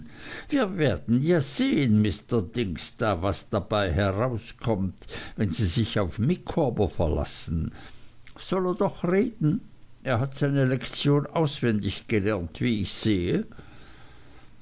wir werden ja sehen mr dingsda was dabei herauskommt wenn sie sich auf micawber verlassen soll er doch reden er hat seine lektion auswendig gelernt wie ich sehe